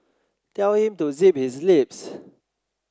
tell him to zip his lips